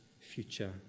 future